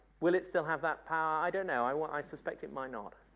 will it still have that power? i don't know. i won't i suspect it might not,